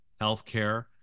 Healthcare